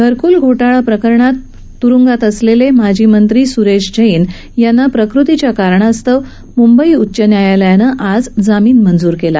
घरक्ल घोटाळा प्रकरणात काराग़हात असलेले माजी मंत्री स्रेश जैन यांना प्रकृतीच्या कारणास्तव मुंबई उच्च न्यायालयानं आज जामीन मंजूर केला